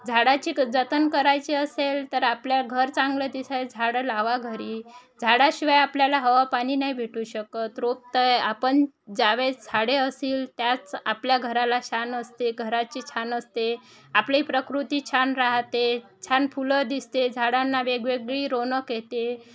झाडाची क जतन करायची असेल तर आपल्या घर चांगलं दिसायला झाडं लावा घरी झाडाशिवाय आपल्याला हवापाणी नाही भेटू शकत रोप तर आपण ज्या वेळेस झाडे असतील त्याच आपल्या घराला शान असते घराची छान असते आपली प्रकृती छान राहते छान फुलं दिसते झाडांना वेगवेगळी रोनक येते